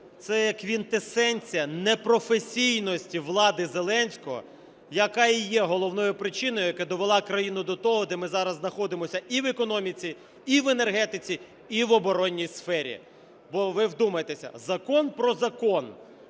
як квінтесенція непрофесійності влади Зеленського, яка і є головною причиною, яка довела країну до того, де ми зараз знаходимося і в економіці, і в енергетиці, і в оборонній сфері. Бо ви вдумайтеся, закон про закон.